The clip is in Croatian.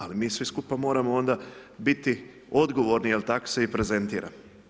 Ali mi svi skupa moramo onda biti odgovorni jer tako se i prezentiramo.